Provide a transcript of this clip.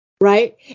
right